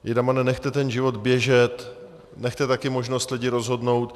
Jejdamane, nechte ten život běžet, nechte také možnost lidi rozhodnout.